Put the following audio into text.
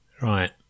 Right